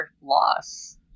loss